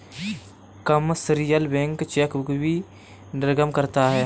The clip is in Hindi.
कमर्शियल बैंक चेकबुक भी निर्गम करता है